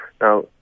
Now